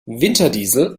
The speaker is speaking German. winterdiesel